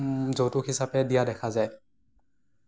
যৌতুক হিচাপে দিয়া দেখা যায়